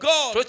God